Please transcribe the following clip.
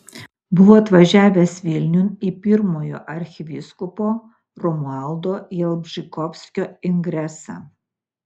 buvo atvažiavęs vilniun į pirmojo arkivyskupo romualdo jalbžykovskio ingresą